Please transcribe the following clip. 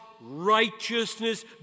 righteousness